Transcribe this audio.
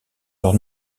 leurs